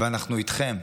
ואנחנו איתכם.